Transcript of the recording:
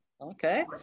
okay